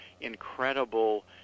incredible